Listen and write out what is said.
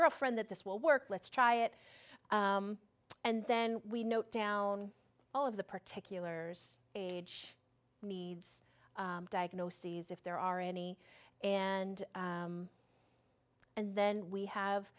girlfriend that this will work let's try it and then we note down all of the particulars age needs diagnoses if there are any and and then we have